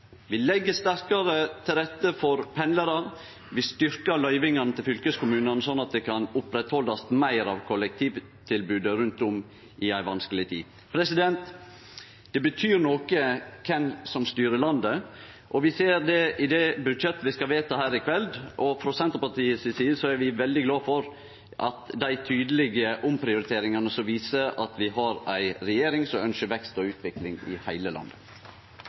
Vi legg sterkare til rette for pendlarar. Vi styrkjer løyvingane til fylkeskommunane, sånn at dei kan oppretthalde meir av kollektivtilbodet rundt om i ei vanskeleg tid. Det betyr noko kven som styrer landet, og vi ser det i budsjettet vi skal vedta her i kveld. Frå Senterpartiets side er vi veldig glade for dei tydelege omprioriteringane som viser at vi har ei regjering som ønskjer vekst og utvikling i heile landet.